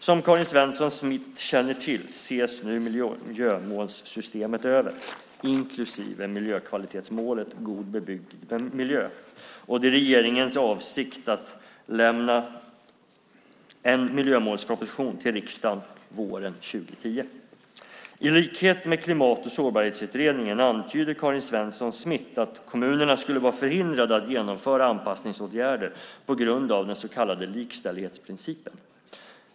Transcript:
Som Karin Svensson Smith känner till ses nu miljömålssystemet över - inklusive miljökvalitetsmålet God bebyggd miljö - och det är regeringens avsikt att lämna en miljömålsproposition till riksdagen våren 2010. I likhet med Klimat och sårbarhetsutredningen antyder Karin Svensson Smith att kommunerna skulle vara förhindrade att genomföra anpassningsåtgärder på grund av den så kallade likställighetsprincipen.